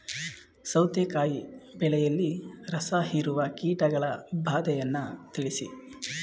ಸೌತೆಕಾಯಿ ಬೆಳೆಯಲ್ಲಿ ರಸಹೀರುವ ಕೀಟಗಳ ಬಾಧೆಯನ್ನು ತಿಳಿಸಿ?